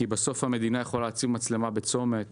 כי בסוף המדינה יכולה להציב מצלמה בצומת